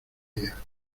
día